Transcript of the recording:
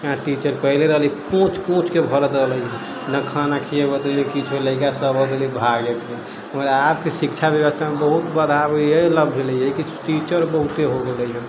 यहाँ टीचर पहिले रहली कोञ्च कोञ्चके भरत रहले ने खाना खीयबैत रहले किछो लड़िका सब अबैत रहले भाग जाइत रहै मगर आबके शिक्षा व्यवस्थामे बहुत बदलाव अय लए भेलै हँ कि टीचर बहुते हो गेलै हँ